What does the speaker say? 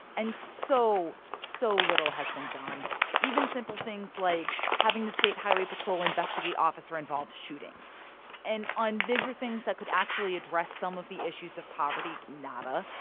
and so, so little has been done even simple things like having the state highway patrol investigate officer-involved shootings and on bigger things that could actually address some of the issues of poverty nada.